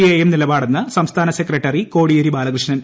I M നിലപാടെന്ന് സംസ്ഥാന secretary Kodiyeri Balakrishnan